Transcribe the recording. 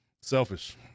selfish